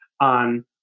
on